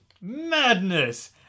Madness